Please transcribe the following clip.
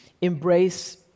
embrace